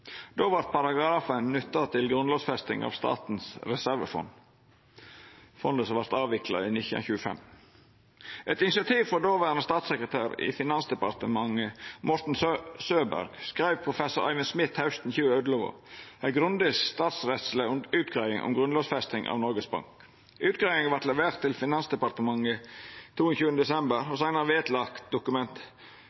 Då vart paragrafen nytta til grunnlovfesting av Statens reservefond, fondet som vart avvikla i 1925. Etter initiativ frå dåverande statssekretær i Finansdepartementet, Morten Søberg, skreiv professor Eivind Smith hausten 2011 ei grundig statsrettsleg utgreiing om grunnlovfesting av Noregs Bank. Utgreiinga vart levert til Finansdepartementet 22. desember